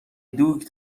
دوگ